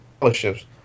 scholarships